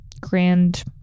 grand